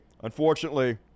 unfortunately